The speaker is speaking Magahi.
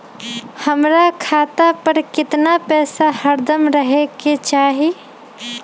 हमरा खाता पर केतना पैसा हरदम रहे के चाहि?